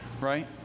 right